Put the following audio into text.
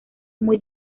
muy